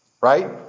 Right